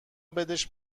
بدش